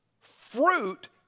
Fruit